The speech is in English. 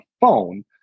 phone